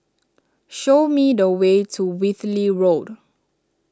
show me the way to Whitley Road